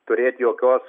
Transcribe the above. turėt jokios